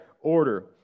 order